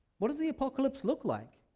what does the apocalypse look like?